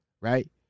right